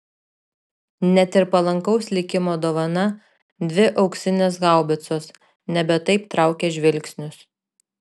net ir palankaus likimo dovana dvi auksinės haubicos nebe taip traukė žvilgsnius